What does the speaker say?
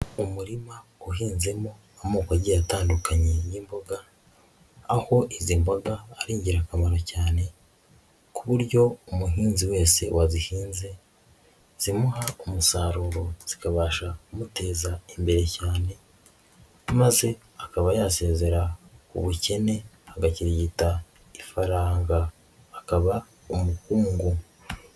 Umurima uhinzemo amoko agiye atandukanye y'imboga, aho izi mboga ari ingirakamaro cyane, ku buryo umuhinzi wese wadzihinze zimuha umusaruro zikabasha kumuteza imbere cyane, maze akaba yasezera bukene agakirigita ifaranga akaba umuhungu.